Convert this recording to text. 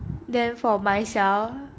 then for myself